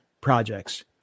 projects